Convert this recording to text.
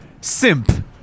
simp